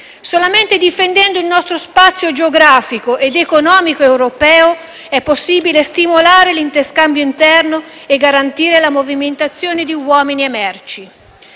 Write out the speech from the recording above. Solamente difendendo il nostro spazio geografico ed economico europeo è possibile stimolare l'interscambio interno e garantire la movimentazione di uomini e merci.